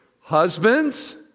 Husbands